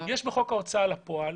יש בחוק הוצאה לפועל